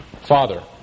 Father